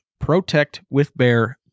ProtectWithBear